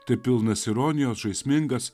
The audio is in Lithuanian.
tai pilnas ironijos žaismingas